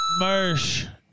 Mersh